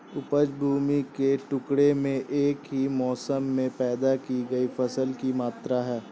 उपज भूमि के टुकड़े में एक ही मौसम में पैदा की गई फसल की मात्रा है